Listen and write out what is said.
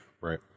Right